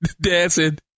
dancing